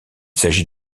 s’agit